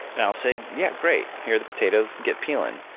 and i'll say, yeah, great. here are the potatoes. get peeling.